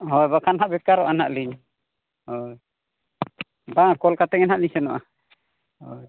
ᱦᱮᱸ ᱵᱟᱠᱷᱟᱱ ᱦᱟᱸᱜ ᱵᱮᱠᱟᱨᱚᱜᱼᱟ ᱞᱤᱧ ᱦᱳᱭ ᱵᱟᱝ ᱠᱚᱞ ᱠᱟᱛᱮᱫ ᱜᱮ ᱦᱟᱸᱜ ᱞᱤᱧ ᱥᱮᱱᱚᱜᱼᱟ ᱦᱳᱭ